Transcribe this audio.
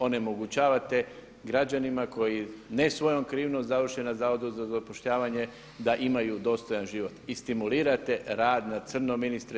Onemogućavate građanima koji ne svojom krivnjom završe na zavodu za zapošljavanje da imaju dostojan život i stimulirate rad na crno ministre.